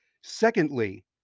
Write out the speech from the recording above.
Secondly